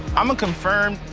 i'm a confirmed